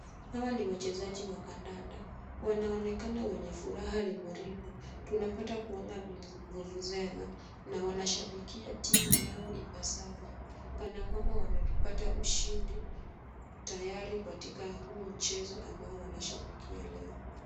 Hawa ni wachezaji wa kandanda. Wanaonekana wenye furaha riboribo. Tunapata kuona vuvuzela na wanashabikia timu yao ipasavyo kana kwamba wamepata ushindi tayari katika huu mchezo ambao wanashabikia leo.